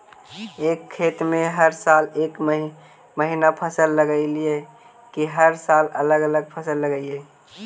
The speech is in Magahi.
एक खेत में हर साल एक महिना फसल लगगियै कि हर साल अलग अलग फसल लगियै?